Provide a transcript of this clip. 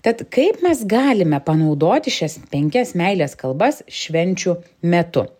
tad kaip mes galime panaudoti šias penkias meilės kalbas švenčių metu